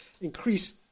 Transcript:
increase